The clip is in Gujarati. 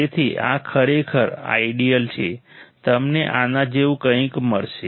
તેથી આ ખરેખર આઇડીઅલ છે તમને આના જેવું કંઈક મળશે